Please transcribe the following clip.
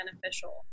beneficial